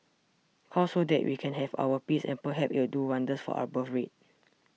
cull so that we can have our peace and perhaps it'll do wonders for our birthrate